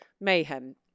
mayhem